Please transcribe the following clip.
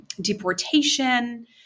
deportation